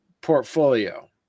portfolio